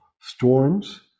storms